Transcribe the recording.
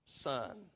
Son